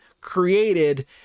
created